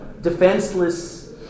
defenseless